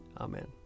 Amen